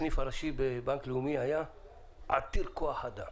הסניף הראשי בבנק לאומי בבאר שבע היה עתיר כוח אדם.